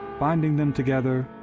binding them together,